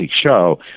show